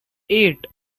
eight